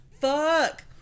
Fuck